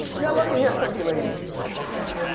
now look at here, cookie lady.